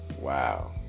Wow